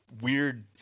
weird